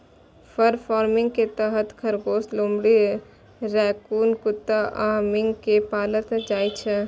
फर farming के तहत खरगोश, लोमड़ी, रैकून कुत्ता आ मिंक कें पालल जाइ छै